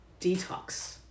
detox